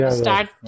start